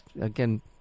Again